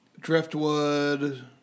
driftwood